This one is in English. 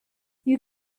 you